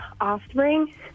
Offspring